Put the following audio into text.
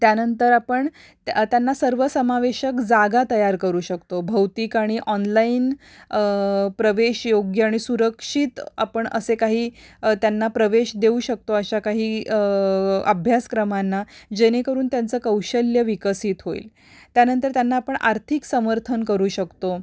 त्यानंतर आपण त्या त्यांना सर्वसमावेशक जागा तयार करू शकतो भौतिक आणि ऑनलाईन प्रवेश योग्य आणि सुरक्षित आपण असे काही त्यांना प्रवेश देऊ शकतो अशा काही अभ्यासक्रमांना जेणेकरून त्यांचं कौशल्य विकसित होईल त्यानंतर त्यांना आपण आर्थिक समर्थन करू शकतो